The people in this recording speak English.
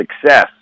success